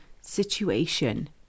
situation